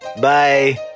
Bye